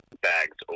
bags